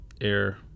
air